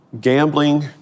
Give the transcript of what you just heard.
gambling